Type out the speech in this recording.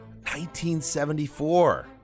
1974